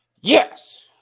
Yes